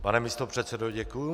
Pane místopředsedo, děkuji.